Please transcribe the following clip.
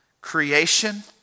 creation